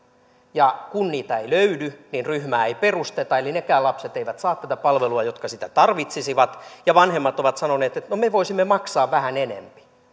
ja kun niitä ei löydy niin ryhmää ei perusteta eli nekään lapset eivät saa tätä palvelua jotka sitä tarvitsisivat vanhemmat ovat sanoneet että no me voisimme maksaa vähän enempi